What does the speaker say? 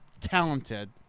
talented